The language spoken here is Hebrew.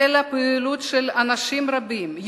החלה פעילות של אנשים רבים,